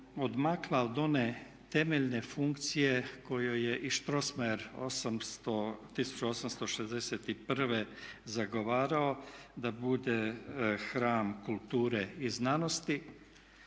odmakla od one temeljen funkciju kojoj je i Strrosmayer 1861. zagovarao da bude hram kulture i znanosti